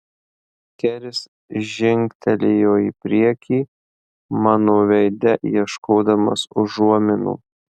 keris žingtelėjo į priekį mano veide ieškodamas užuominų